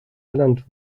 ernannt